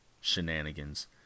shenanigans